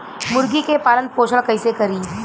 मुर्गी के पालन पोषण कैसे करी?